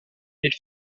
elle